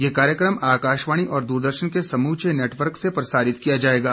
यह कार्यक्रम आकाशवाणी और दूरदर्शन के समूचे नेटवर्क से प्रसारित किया जाएगा